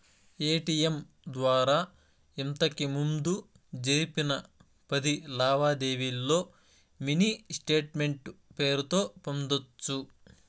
ATM ద్వారా ఇంతకిముందు జరిపిన పది లావాదేవీల్లో మినీ స్టేట్మెంటు పేరుతో పొందొచ్చు